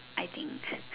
I think